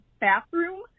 bathroom